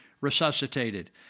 resuscitated